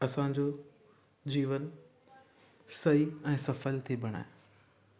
असांजो जीवन सही ऐं सफ़ल थी बणाए